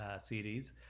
series